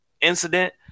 incident